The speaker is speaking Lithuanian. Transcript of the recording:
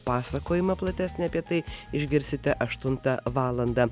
pasakojimą platesnį apie tai išgirsite aštuntą valandą